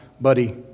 buddy